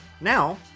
Now